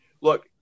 look